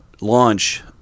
launch